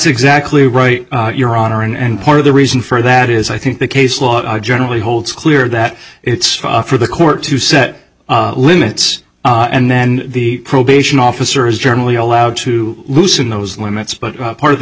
exactly right your honor and part of the reason for that is i think the case law generally holds clear that it's for the court to set limits and then the probation officer is generally allowed to loosen those limits but part of the